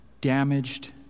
damaged